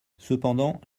cependant